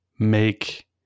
make